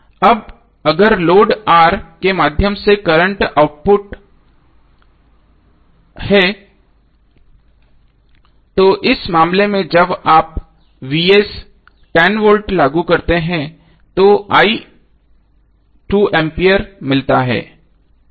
अब अगर load R के माध्यम से करंट आउटपुट है और एक मामले में जब आप V लागू करते हैं तो i 2 A मिलता है